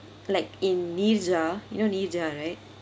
like in neerja you know neerja right